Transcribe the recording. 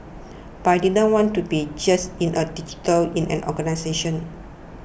but I didn't want to be just in a digital in an organisation